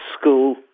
school